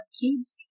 kids